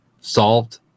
solved